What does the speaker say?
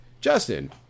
Justin